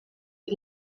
for